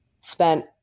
spent